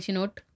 note